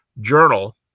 journal